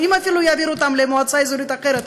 שאם אפילו יעבירו אותם למועצה אזורית אחרת,